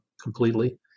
completely